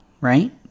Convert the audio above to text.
right